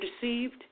deceived